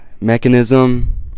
mechanism